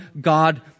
God